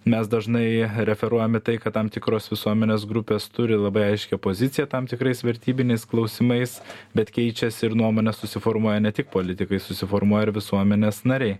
mes dažnai referuojam į tai kad tam tikros visuomenės grupės turi labai aiškią poziciją tam tikrais vertybiniais klausimais bet keičiasi ir nuomonę susiformuoja ne tik politikai susiformuoja visuomenės nariai